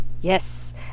Yes